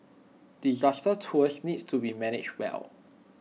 disaster tours need to be managed well